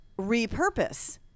repurpose